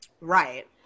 right